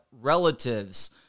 relatives